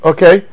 Okay